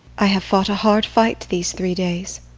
i have fought a hard fight these three days.